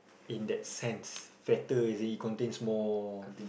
in that sense fatter in the sense that it contains more